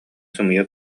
сымыйа